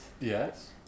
yes